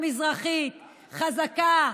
המזויף שלכם,